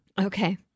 Okay